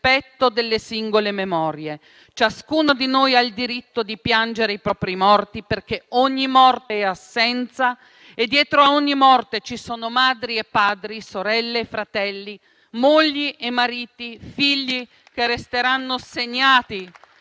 delle singole memorie. Ciascuno di noi ha il diritto di piangere i propri morti, perché ogni morte è assenza e dietro a ogni morte ci sono madri e padri, sorelle e fratelli, mogli e mariti, figli che resteranno segnati